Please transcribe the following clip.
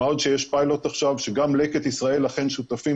מה עוד שיש פיילוט עכשיו שגם לקט ישראל אכן שותפים